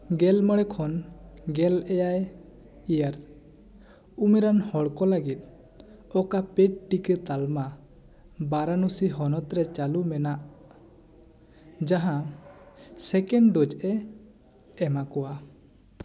ᱜᱮᱞ ᱢᱚᱬᱮ ᱠᱷᱚᱱ ᱜᱮᱞ ᱮᱭᱟᱭ ᱤᱭᱟᱨᱥ ᱩᱢᱮᱨᱟᱱ ᱦᱚᱲ ᱠᱚ ᱞᱟ ᱜᱤᱫ ᱚᱠᱟ ᱯᱮᱰ ᱴᱤᱠᱟᱹ ᱛᱟᱞᱢᱟ ᱵᱟᱨᱟᱱᱚᱥᱤ ᱦᱚᱱᱚᱛ ᱨᱮ ᱪᱟᱞᱩ ᱢᱮᱱᱟᱜ ᱡᱟᱦᱟᱸ ᱥᱮᱠᱮᱱᱰ ᱰᱳᱡᱽ ᱮ ᱮᱢᱟᱠᱚᱣᱟ